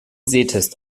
sehtest